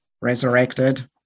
resurrected